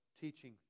teaching